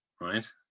right